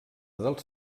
dels